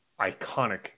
iconic